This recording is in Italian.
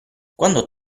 quando